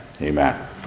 amen